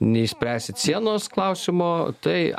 neišspręsit sienos klausimo tai